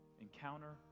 Encounter